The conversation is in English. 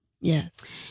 Yes